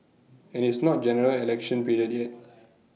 and it's not General Election period yet